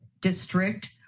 district